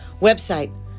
website